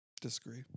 Disagree